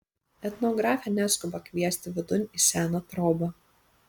etnografė neskuba kviesti vidun į seną trobą